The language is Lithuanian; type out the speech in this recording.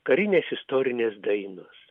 karinės istorinės dainos